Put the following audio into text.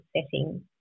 setting